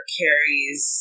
carries